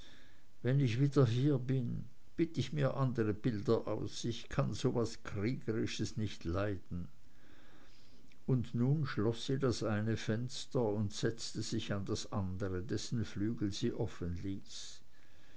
wenn ich wieder hier bin bitt ich mir andere bilder aus ich kann so was kriegerisches nicht leiden und nun schloß sie das eine fenster und setzte sich an das andere dessen flügel sie offenließ